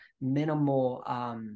minimal